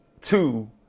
two